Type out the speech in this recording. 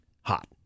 hot